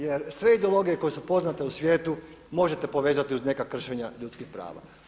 Jer sve ideologije koje su poznate u svijetu možete povezati uz neka kršenja ljudskih prava.